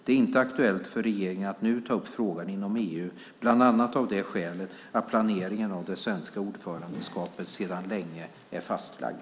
Det är inte aktuellt för regeringen att nu ta upp frågan inom EU, bland annat av det skälet att planeringen av det svenska ordförandeskapet sedan länge är fastlagd.